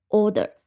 order